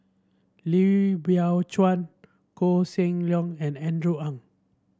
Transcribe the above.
Lee Biow Chuan Koh Seng Leong and Andrew Ang